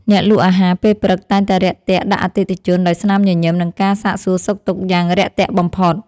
អ្នកលក់អាហារពេលព្រឹកតែងតែរាក់ទាក់ដាក់អតិថិជនដោយស្នាមញញឹម និងការសាកសួរសុខទុក្ខយ៉ាងរាក់ទាក់បំផុត។